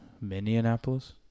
Minneapolis